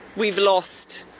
we've lost,